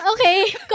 Okay